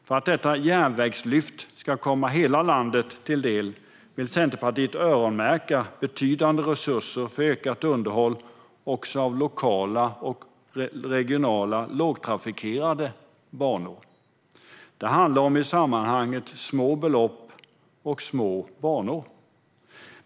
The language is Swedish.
För att detta järnvägslyft ska komma hela landet till del vill Centerpartiet öronmärka betydande resurser för ökat underhåll också av lokala och regionala lågtrafikerade banor. Det handlar i sammanhanget om små belopp och små banor.